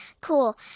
cool